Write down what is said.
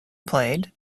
played